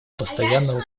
постоянного